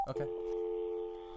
Okay